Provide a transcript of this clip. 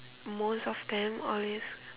most of them always